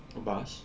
bus